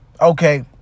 Okay